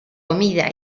comida